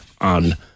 on